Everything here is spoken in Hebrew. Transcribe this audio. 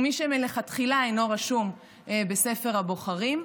ומי שמלכתחילה אינו רשום בספר הבוחרים,